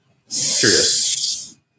curious